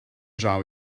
draw